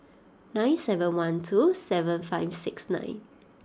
nine seven one two seven five six nine